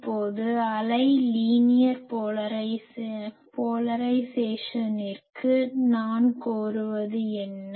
இப்போது அலை லீனியர் போலரைஸேசனிற்கு நான் கோருவது என்ன